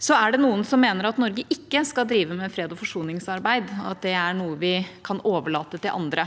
Det er noen som mener at Norge ikke skal drive med freds- og forsoningsarbeid, og at det er noe vi kan overlate til andre.